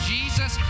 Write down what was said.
Jesus